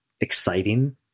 exciting